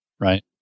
right